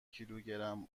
کیلوگرم